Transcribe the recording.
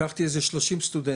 לקחתי איזה 30 סטודנטים,